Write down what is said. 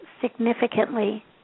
significantly